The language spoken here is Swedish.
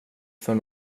för